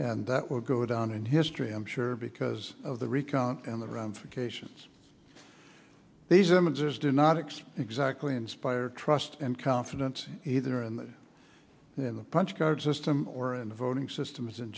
and that will go down in history i'm sure because of the recount and the ramifications these images do not expect exactly inspire trust and confidence either in the in the punch card system or in the voting systems in